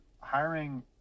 hiring